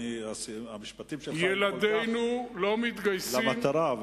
המשפטים שלך הם כל כך למטרה,